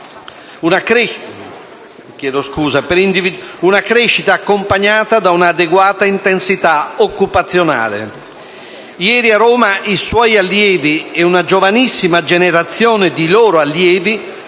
una crescita accompagnata da un'adeguata intensità occupazionale. Ieri, a Roma, i suoi allievi e una giovanissima generazione di loro allievi